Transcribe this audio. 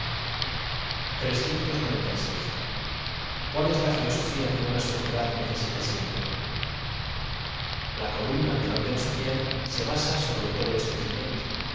uá es la filosofía que una sociedad necesita siempref l a columna del orden social se basa sobre este dmiento